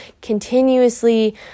continuously